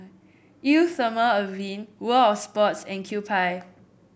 Eau Thermale Avene World Of Sports and Kewpie